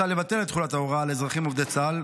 לבטל את תחולת ההוראה על אזרחים עובדי צה"ל,